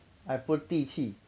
I put 地契